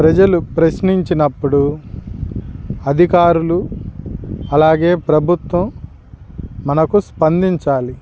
ప్రజలు ప్రశ్నించినప్పుడు అధికారులు అలాగే ప్రభుత్వం మనకు స్పందించాలి